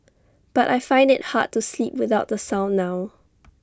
but I find IT hard to sleep without the sound now